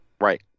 Right